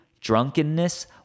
drunkenness